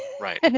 Right